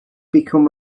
become